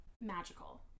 magical